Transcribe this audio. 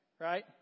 right